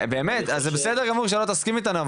זה בסדר גמור שלא תסכים איתנו,